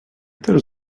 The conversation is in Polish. też